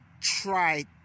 try